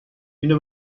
اینو